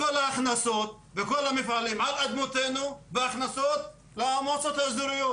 כל ההכנסות וכל המפעלים על אדמותינו והכנסות על המעוצות האזוריות,